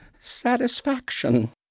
satisfaction